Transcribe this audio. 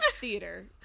theater